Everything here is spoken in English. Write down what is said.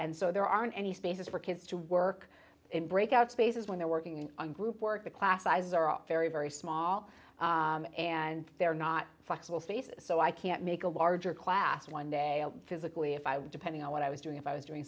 and so there aren't any spaces for kids to work in breakout spaces when they're working in a group work the class sizes are very very small and they're not flexible spaces so i can't make a larger class one day physically if i were depending on what i was doing if i was doing